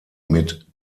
mit